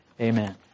Amen